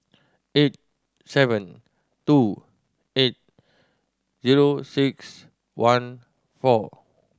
eight seven two eight zero six one four